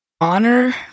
honor